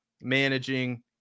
managing